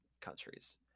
countries